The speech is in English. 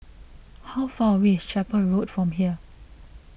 how far away is Chapel Road from here